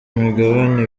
migabane